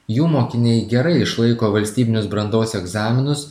jų mokiniai gerai išlaiko valstybinius brandos egzaminus